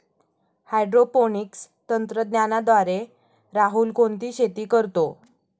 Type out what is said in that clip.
Hydroponics तंत्रज्ञानाद्वारे राहुल कोणती शेती करतो?